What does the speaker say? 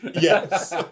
yes